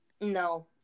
No